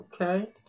Okay